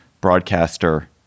broadcaster